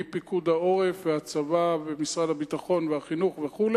מפיקוד העורף והצבא ומשרד הביטחון והחינוך וכו',